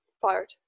fired